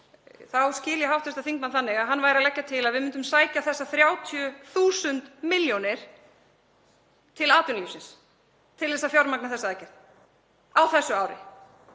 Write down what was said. Þá skil ég hv. þingmann þannig að hann væri að leggja til að við myndum sækja þessar 30.000 milljónir til atvinnulífsins til þess að fjármagna þessa aðgerð á þessu ári.